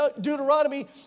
Deuteronomy